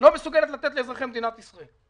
לא מסוגלת לתת לאזרחי מדינת ישראל.